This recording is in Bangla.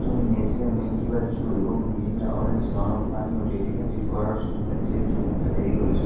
তুমি নেসলে মিল্কিবার চু এবং মিরিন্ডা অরেঞ্জ নরম পানীয় ডেলিভারি করার সময়ের চেয়ে দু ঘন্টা দেরি করেছো